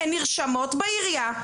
הן נרשמות בעירייה,